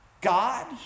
God